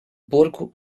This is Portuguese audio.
porco